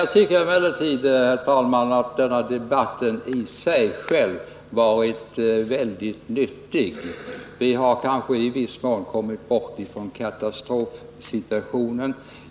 Jag tycker emellertid att denna debatt i sig själv varit mycket nyttig. Vi har kanske i viss mån kommit bort från katastrofsituationen.